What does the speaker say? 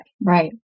Right